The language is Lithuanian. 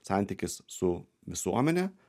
santykis su visuomene